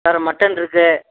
வேற மட்டன் இருக்கு